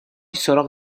سراغ